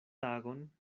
tagon